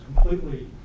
completely